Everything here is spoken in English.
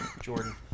Jordan